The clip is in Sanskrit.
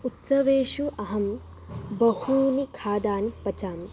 उत्सवेषु अहं बहूनि खाद्यानि पचामि